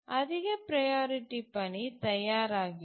அதிக ப்ரையாரிட்டி பணி தயாராகிறது